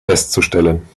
festzustellen